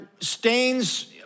stains